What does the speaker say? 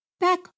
back